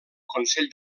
consell